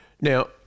Now